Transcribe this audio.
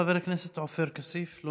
חבר הכנסת עופר כסיף, לא